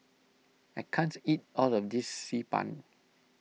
I can't eat all of this Xi Ban